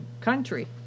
country